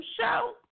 show